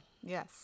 Yes